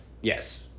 Yes